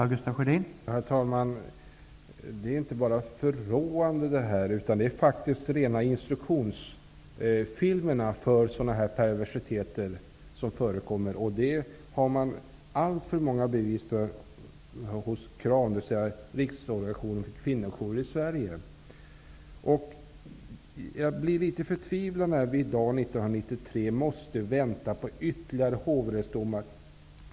Herr talman! Sådana här skildringar är inte bara förråande. De är faktiskt rena instruktionsfilmer för sådana här perversiteter. Det har man alltför många bevis för hos Riksorganisationen för Jag blir litet förtvivlad när vi i dag 1993 måste vänta på ytterligare hovrättsdomar.